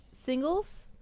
singles